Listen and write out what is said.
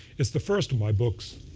it's the first of my books,